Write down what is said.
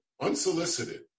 unsolicited